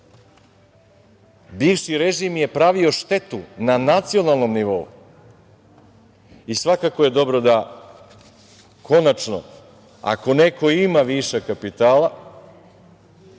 režim je pravio štetu na nacionalnog nivou i svakako je dobro da konačno ako neko ima višak kapitala